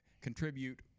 contribute